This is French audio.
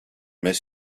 mais